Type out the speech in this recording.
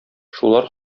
шулар